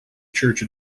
church